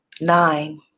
Nine